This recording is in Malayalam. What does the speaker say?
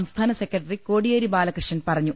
സംസ്ഥാന സെക്രട്ടറി കോടി യേരി ബാലകൃഷ്ണൻ പറഞ്ഞു